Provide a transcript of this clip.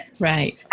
Right